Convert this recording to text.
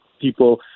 people